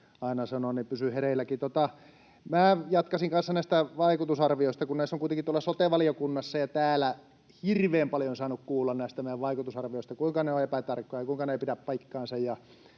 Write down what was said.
aina sanoa, niin pysyy hereilläkin. Jatkaisin kanssa näistä vaikutusarvioista, kun on kuitenkin tuolla sote-valiokunnassa ja täällä hirveän paljon saanut kuulla näistä meidän vaikutusarvioista, kuinka ne ovat epätarkkoja ja kuinka ne eivät pidä paikkaansa.